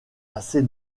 assez